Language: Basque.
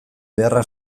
beharrak